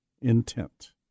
intent